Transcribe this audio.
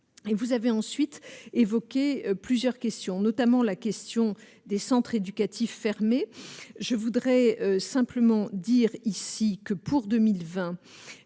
et vous avez ensuite évoqué plusieurs questions, notamment la question des centres éducatifs fermés, je voudrais simplement dire ici que pour 2020